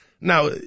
Now